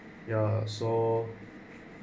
ya so